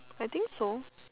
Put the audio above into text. I think so